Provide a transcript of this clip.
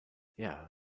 yeah